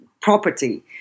property